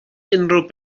unrhyw